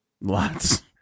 Lots